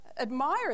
admire